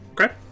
Okay